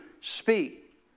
speak